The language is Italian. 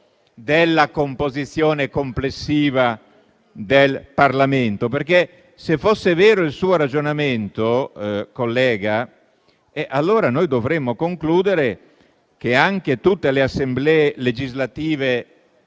della composizione complessiva del Parlamento. Se fosse vero il suo ragionamento, collega, allora dovremmo concludere che anche tutte le Assemblee legislative